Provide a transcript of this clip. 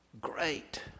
great